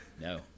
No